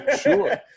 Sure